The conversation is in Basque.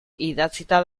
idatzita